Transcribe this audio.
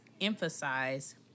emphasize